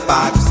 Box